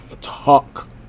talk